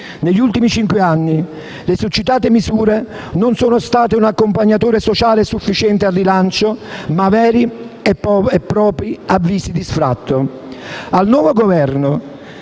Negli ultimi cinque anni le succitate misure sono state non un accompagnatore sociale sufficiente al rilancio, ma veri e propri avvisi di sfratto.